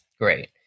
great